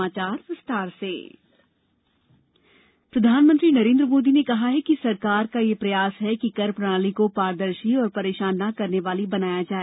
सम्मान पोर्टल प्रधानमंत्री प्रधानमंत्री नरेन्द्र मोदी ने कहा है कि सरकार का यह प्रयास है कि कर प्रणाली को पारदर्शी और परेशान न करने वाली बनाया जाए